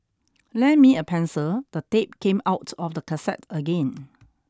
lend me a pencil the tape came out of the cassette again